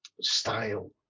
style